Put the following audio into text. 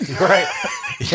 right